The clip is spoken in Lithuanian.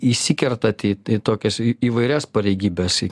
įsikertat į į tokias į įvairias pareigybes į